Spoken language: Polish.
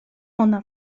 ona